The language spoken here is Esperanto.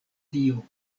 tio